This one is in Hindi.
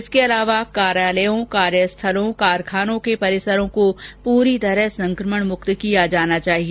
इसके अलावा कार्यालयों कार्यस्थलों कारखानों के परिसरों को पूरी तरह संक्रमण मुक्त किया जाना चाहिए